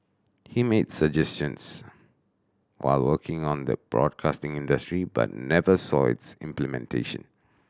he made the suggestions while working on the broadcasting industry but never saw its implementation